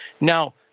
Now